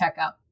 checkout